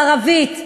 ערבית,